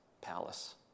palace